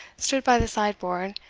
stood by the sideboard,